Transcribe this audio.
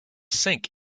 sink